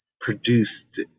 produced